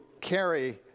carry